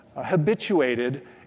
habituated